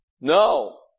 No